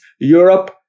Europe